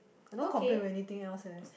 I don't complain many thing else eh